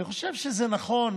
אני חושב שזה נכון,